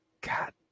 God